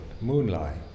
moonlight